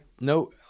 No